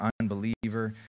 unbeliever